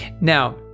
Now